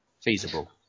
feasible